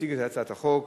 יציג את הצעת החוק